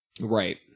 right